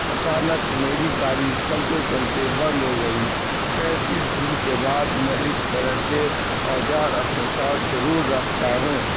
اچانک میری گاڑی چلتے چلتے بند ہو گئی خیر اس دن کے بعد میں اس طرح کے اوزار اپنے ساتھ ضرور رکھتا ہوں